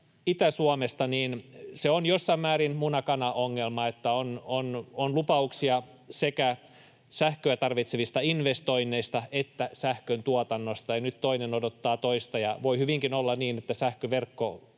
Itä-Suomesta. Se on jossain määrin muna—kana-ongelma: on lupauksia sekä sähköä tarvitsevista investoinneista että sähköntuotannosta, ja nyt toinen odottaa toista. Voi hyvinkin olla niin, että sähköverkko